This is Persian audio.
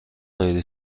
غیر